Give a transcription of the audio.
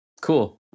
Cool